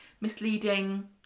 misleading